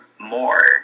more